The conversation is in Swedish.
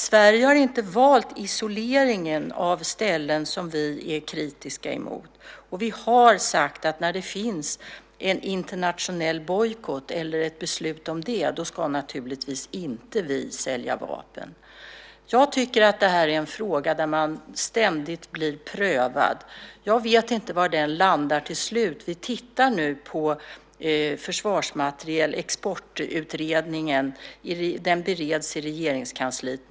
Sverige har dock inte valt att isolera ställen som vi är kritiska mot. Vi har sagt att när det finns en internationell bojkott, eller ett beslut om det, då ska vi naturligtvis inte sälja vapen. Det här är en fråga där man ständigt blir prövad, och jag vet inte var den till slut landar. Utredningen om försvarsmaterielexport bereds just nu i Regeringskansliet.